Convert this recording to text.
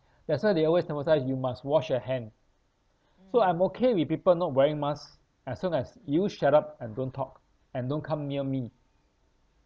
that's why they always emphasise you must wash your hand so I'm okay with people not wearing masks as long as you shut up and don't talk and don't come near me